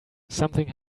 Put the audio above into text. something